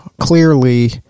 clearly